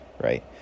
right